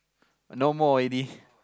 no more already